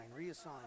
reassign